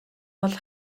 бол